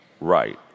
right